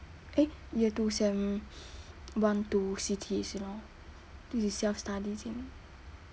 eh year two sem one 读 C_T 先 lor 自己 self study 先